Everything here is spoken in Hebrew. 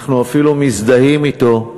אנחנו אפילו מזדהים אתו,